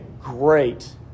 great